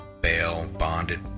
bail-bonded